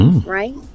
Right